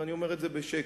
ואני אומר את זה בשקט,